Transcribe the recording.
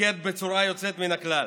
מתפקד בצורה יוצאת מן הכלל,